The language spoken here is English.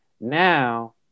now